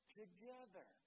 together